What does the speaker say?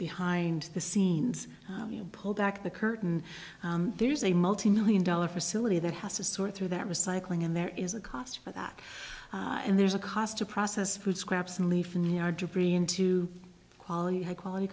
behind the scenes you pull back the curtain there is a multi million dollar facility that has to sort through that recycling and there is a cost for that and there's a cost to process food scraps and leaf in the yard debris into quality high quality